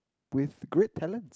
with great talents